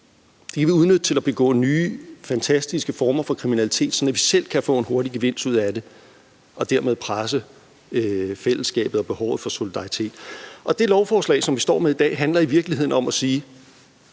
det kan vi udnytte til at begå nye fantastiske former for kriminalitet, sådan at vi selv kan få en hurtig gevinst ud af det og dermed presse fællesskabet og solidariteten. Det lovforslag, som vi står med i dag, handler i virkeligheden om at sige: